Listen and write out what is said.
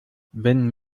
wenn